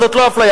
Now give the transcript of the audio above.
וזאת לא אפליה.